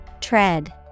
tread